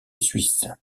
suisse